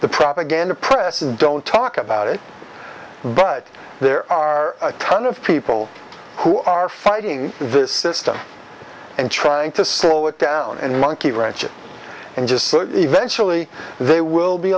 the propaganda presses don't talk about it but there are a ton of people who are fighting this system and trying to slow it down and monkey wrenches and just eventually they will be